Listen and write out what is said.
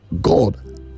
God